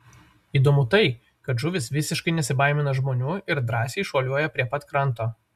įdomu tai kad žuvys visiškai nesibaimina žmonių ir drąsiai šuoliuoja prie pat kranto